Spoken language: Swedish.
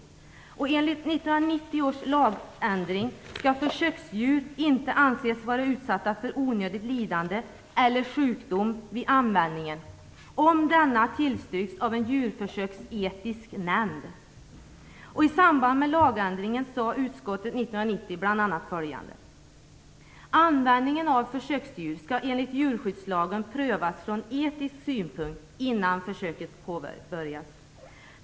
Enligt 1990 års lagändring skall försöksdjur inte anses vara utsatta för onödigt lidande eller sjukdom vid användningen om denna tillstyrkts av en djurförsöksetisk nämnd. I samband med lagändringen sade utskottet 1990 bl.a. följande: Användningen av försöksdjur skall enligt djurskyddslagen prövas från etisk synpunkt innan försöket påbörjas.